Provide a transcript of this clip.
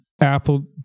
apple